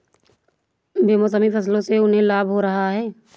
बेमौसमी फसलों से उन्हें लाभ हो रहा है